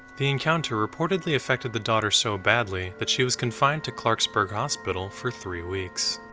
the encounter reportedly affected the daughter so badly, that she was confined to clarksburg hospital for three weeks.